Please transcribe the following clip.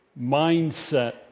mindset